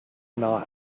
not